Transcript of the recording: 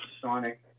sonic